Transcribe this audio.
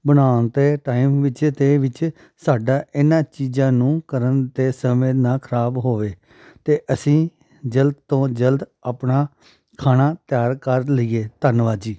ਬਣਾਉਣ 'ਤੇ ਟਾਈਮ ਵਿੱਚ ਅਤੇ ਵਿੱਚ ਸਾਡਾ ਇਹਨਾਂ ਚੀਜ਼ਾਂ ਨੂੰ ਕਰਨ 'ਤੇ ਸਮੇਂ ਨਾ ਖ਼ਰਾਬ ਹੋਵੇ ਅਤੇ ਅਸੀਂ ਜਲਦ ਤੋਂ ਜਲਦ ਆਪਣਾ ਖਾਣਾ ਤਿਆਰ ਕਰ ਲਈਏ ਧੰਨਵਾਦ ਜੀ